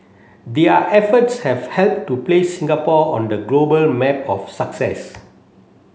their efforts have helped to place Singapore on the global map of success